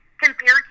compared